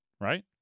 right